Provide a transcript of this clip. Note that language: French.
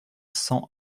cent